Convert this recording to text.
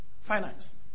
finance